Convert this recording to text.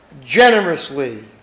generously